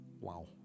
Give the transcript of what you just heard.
Wow